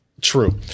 True